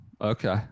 Okay